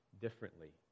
differently